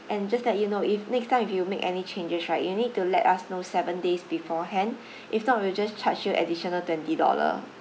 and just let you know if next time if you make any changes right you need to let us know seven days beforehand if not we'll just charge you additional twenty dollar